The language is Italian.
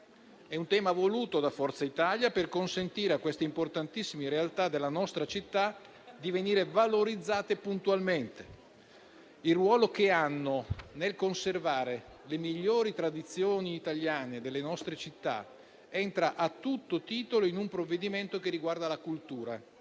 È un tema voluto da Forza Italia per consentire a importantissime realtà della nostra città di venire valorizzate puntualmente. Il ruolo che hanno nel conservare le migliori tradizioni italiane delle nostre città entra a tutto titolo in un provvedimento che riguarda la cultura.